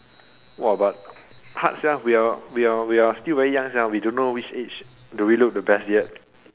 !wow! but hard sia we are we are we are still very young sia we still don't know which age will we look the best yet